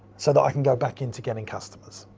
so that i can go back into getting customers.